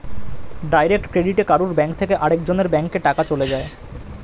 direct ক্রেডিটে কারুর bank থেকে আরেক জনের ব্যাংকে টাকা চলে যায়